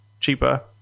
Cheaper